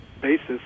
basis